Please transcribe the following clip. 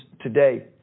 today